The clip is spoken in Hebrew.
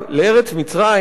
לארץ מצרים,